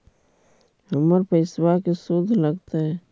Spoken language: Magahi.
हमर पैसाबा के शुद्ध लगतै?